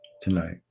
tonight